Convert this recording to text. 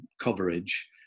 coverage